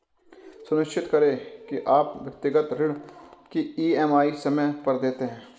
सुनिश्चित करें की आप व्यक्तिगत ऋण की ई.एम.आई समय पर देते हैं